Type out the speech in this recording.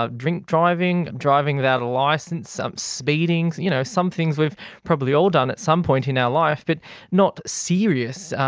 ah drink driving, driving without a licence, speeding, you know some things we've probably all done at some point in our life, but not serious,